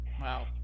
Wow